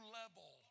level